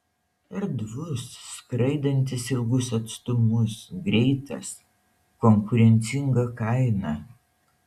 erdvus skraidantis ilgus atstumus greitas konkurencinga kaina